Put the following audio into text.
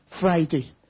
Friday